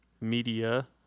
media